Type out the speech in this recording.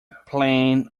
plan